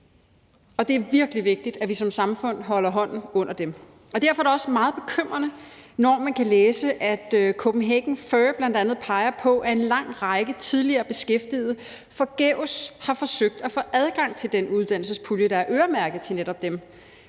og det er virkelig vigtigt, at vi som samfund holder hånden under dem. Derfor er det også meget bekymrende, når man kan læse, at Kopenhagen Fur bl.a. peger på, at en lang række tidligere beskæftigede forgæves har forsøgt at få adgang til den uddannelsespulje, der er øremærket til netop dem,